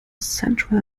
central